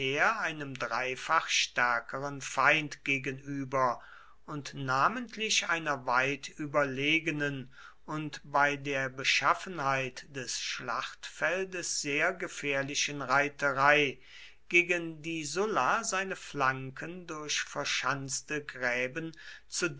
einem dreifach stärkeren feind gegenüber und namentlich einer weit überlegenen und bei der beschaffenheit des schlachtfeldes sehr gefährlichen reiterei gegen die sulla seine flanken durch verschanzte gräben